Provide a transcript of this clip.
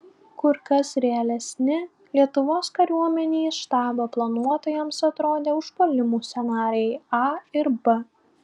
kur kas realesni lietuvos kariuomenės štabo planuotojams atrodė užpuolimų scenarijai a ir b